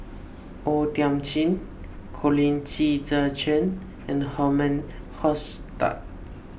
O Thiam Chin Colin Qi Zhe Quan and Herman Hochstadt